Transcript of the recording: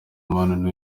umubano